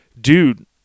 dude